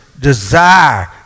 desire